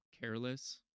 careless